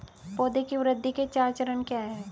पौधे की वृद्धि के चार चरण क्या हैं?